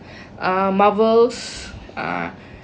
uh marvels uh